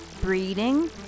breeding